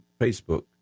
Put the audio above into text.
Facebook